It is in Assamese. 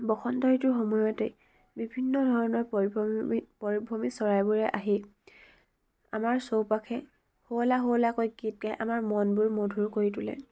বসন্ত ঋতুৰ সময়তেই বিভিন্ন ধৰণৰ পৰিভ্ৰমী পৰিভ্ৰমী চৰাইবোৰে আহি আমাৰ চৌপাশে সুৱলা সুৱলাকৈ গীত গাই আমাৰ মনবোৰ মধুৰ কৰি তোলে